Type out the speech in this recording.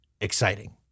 exciting